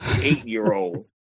eight-year-old